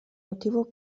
motivo